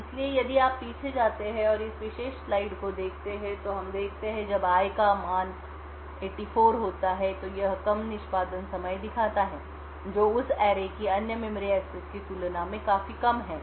इसलिए यदि आप पीछे जाते हैं और इस विशेष स्लाइड को देखते हैं तो हम देखते हैं कि जब i का मान 84 होता है तो यह कम निष्पादन समय दिखाता है जो उस सरणी की अन्य मेमोरी एक्सेस की तुलना में काफी कम है